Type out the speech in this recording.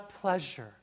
pleasure